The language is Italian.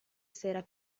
sera